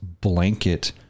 blanket